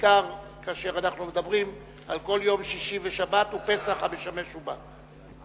בעיקר כאשר אנחנו מדברים על כל יום שישי ושבת ופסח הממשמש ובא.